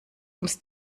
ums